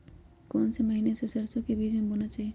कौन से महीने में हम सरसो का बीज बोना चाहिए?